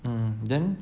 um then